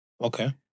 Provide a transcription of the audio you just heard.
Okay